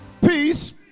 peace